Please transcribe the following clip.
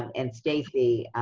and stacy,